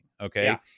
okay